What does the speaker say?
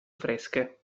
fresche